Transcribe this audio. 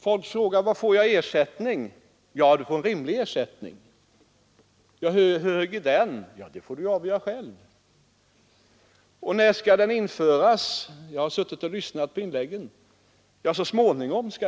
Folk frågar: Vad får jag i ersättning? — Du får en rimlig ersättning. — Hur hög är den? — Ja, det får du avgöra själv. — Och när skall den införas? — Den skall införas så småningom.